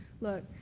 Look